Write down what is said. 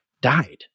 died